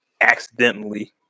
accidentally